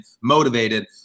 motivated